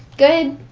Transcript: good?